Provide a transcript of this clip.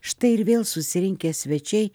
štai ir vėl susirinkę svečiai